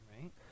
right